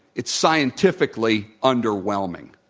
it's scientifically underwhelming.